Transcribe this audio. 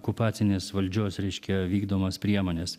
okupacinės valdžios reiškia vykdomas priemones